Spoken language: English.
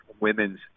women's